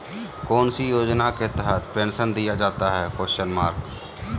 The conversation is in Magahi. कौन सी योजना के तहत पेंसन दिया जाता है?